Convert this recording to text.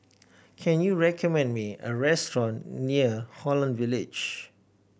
can you recommend me a restaurant near Holland Village